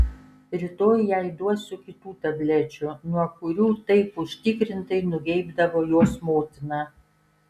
rytoj jai duosiu kitų tablečių nuo kurių taip užtikrintai nugeibdavo jos motina